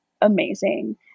amazing